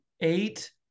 eight